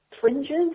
fringes